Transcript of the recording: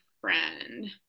friend